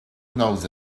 knows